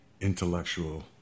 intellectual